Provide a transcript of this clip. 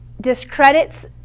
discredits